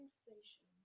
station